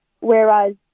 whereas